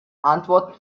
antworten